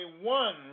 one